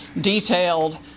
detailed